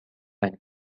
ein